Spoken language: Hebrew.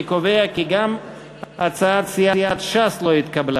אני קובע כי גם הצעת סיעת ש"ס לא התקבלה.